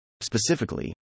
Specifically